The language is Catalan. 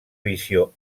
visió